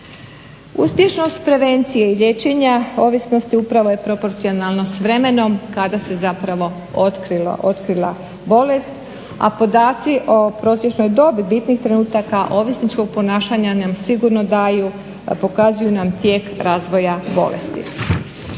Uspješnost prevencije i liječenja ovisnosti upravo je proporcionalno s vremenom kada se zapravo otkrilo, otkrila bolest, a podaci o prosječnoj dobi bitnih trenutaka ovisničkog ponašanja nam sigurno daju, pokazuju nam tijek razvoja bolesti.